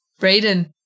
Brayden